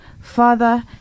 Father